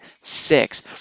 six